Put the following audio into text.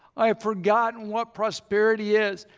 i have forgotten what prosperity is.